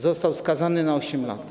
Został skazany na 8 lat.